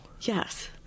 Yes